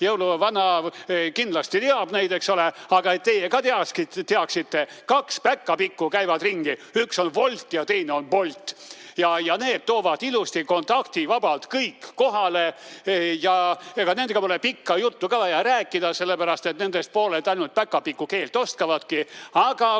jõuluvana kindlasti teab neid, aga et teie ka teaksite: kaks päkapikku käivad ringi, üks on Wolt ja teine on Bolt. Need toovad ilusti kontaktivabalt kõik kohale. Ja ega nendega pole pikka juttu ka vaja rääkida, sellepärast et nendest pooled ainult päkapikukeelt oskavadki.